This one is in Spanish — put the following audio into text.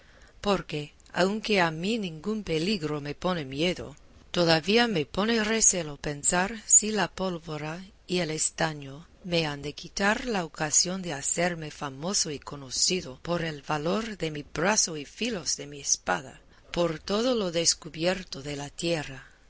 porque aunque a mí ningún peligro me pone miedo todavía me pone recelo pensar si la pólvora y el estaño me han de quitar la ocasión de hacerme famoso y conocido por el valor de mi brazo y filos de mi espada por todo lo descubierto de la tierra